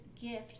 gift